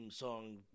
Song